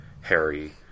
Harry